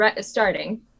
starting